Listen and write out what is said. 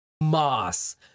moss